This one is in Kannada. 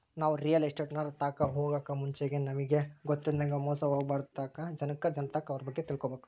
ನಾವು ರಿಯಲ್ ಎಸ್ಟೇಟ್ನೋರ್ ತಾಕ ಹೊಗಾಕ್ ಮುಂಚೆಗೆ ನಮಿಗ್ ಗೊತ್ತಿಲ್ಲದಂಗ ಮೋಸ ಹೊಬಾರ್ದಂತ ನಾಕ್ ಜನರ್ತಾಕ ಅವ್ರ ಬಗ್ಗೆ ತಿಳ್ಕಬಕು